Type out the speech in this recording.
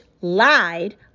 lied